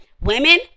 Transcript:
Women